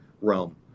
realm